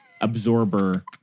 absorber